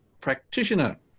practitioner